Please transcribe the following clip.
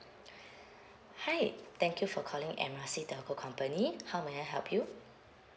hi thank you for calling M R C telco company how may I help you